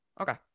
Okay